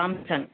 Samsung